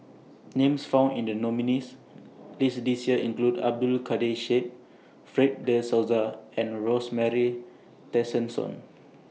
Names found in The nominees' list This Year include Abdul Kadir Syed Fred De Souza and Rosemary Tessensohn